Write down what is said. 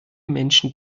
menschen